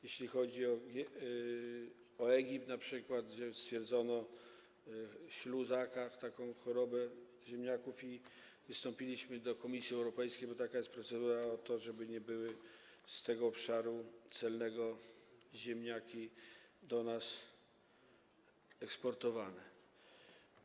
Jeśli chodzi o Egipt np., gdzie stwierdzono śluzaka, taką chorobę ziemniaków, wystąpiliśmy do Komisji Europejskiej, bo taka jest procedura, o to, żeby nie były z tego obszaru celnego ziemniaki do nas eksportowane.